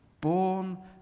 born